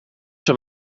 zou